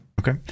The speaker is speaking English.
Okay